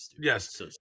Yes